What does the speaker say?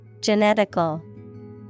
Genetical